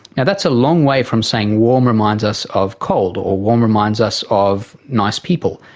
that's a long way from saying warm reminds us of cold or warm reminds us of nice people,